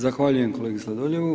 Zahvaljujem kolegi Sladoljevu.